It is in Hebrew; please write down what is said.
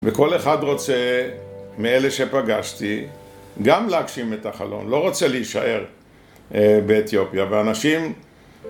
וכל אחד רוצה, מאלה שפגשתי, גם להגשים את החלום. לא רוצה להישאר באתיופיה. ואנשים